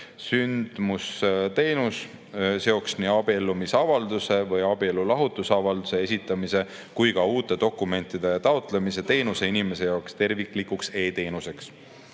Sündmusteenus seoks nii abiellumisavalduse või abielulahutusavalduse esitamise kui ka uute dokumentide taotlemise teenuse inimese jaoks terviklikuks e‑teenuseks.